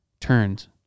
turns